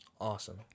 awesome